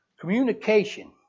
communication